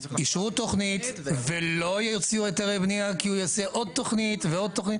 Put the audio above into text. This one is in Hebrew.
אפשר לשבת על זה כמה שעות כי יש בערך 20 ומשהו פסקאות